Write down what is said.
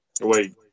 Wait